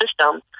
system